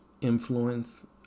influence